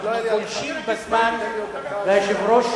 היושב-ראש